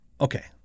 Okay